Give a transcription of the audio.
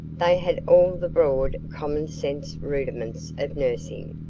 they had all the broad commonsense rudiments of nursing.